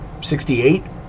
68